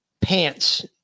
Pants